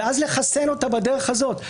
ואז אחסן אותה בדרך הזאת.